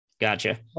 Gotcha